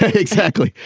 exactly.